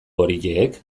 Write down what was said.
horiek